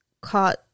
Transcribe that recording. caught